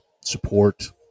support